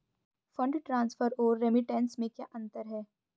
Fund transfer और remittance में क्या अंतर है?